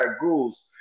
ghouls